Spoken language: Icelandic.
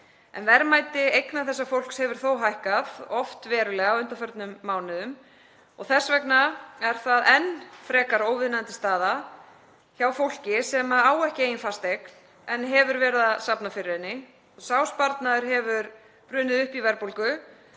Verðmæti eigna þessa fólks hefur þó hækkað, oft verulega, á undanförnum mánuðum. Þess vegna er það enn frekar óviðunandi staða hjá fólki sem á ekki eigin fasteign en hefur verið að safna fyrir henni. Sá sparnaður hefur brunnið upp í verðbólgu,